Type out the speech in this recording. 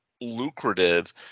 lucrative